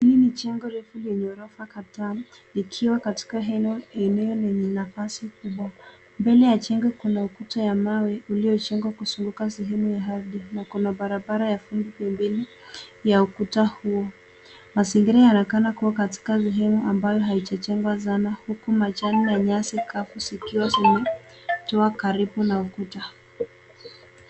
Hii ni jengo refu lenye ghorofa kadhaa likiwa katika eneo lenye nafasi kubwa. Mbele ya jengo kuna ukuta ya mawe uliyojengewa kuzunguka sehemu ya ardhi na kuna barabara ya vumbi ingine ya ukuta huo. Mazingira yanaonekana kuwa katika sehemu ambao haijajengwa sana huku majani na nyasi kavu zikiwa kwenye karibu na ukuta.